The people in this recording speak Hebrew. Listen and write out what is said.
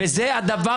תשבי בשקט.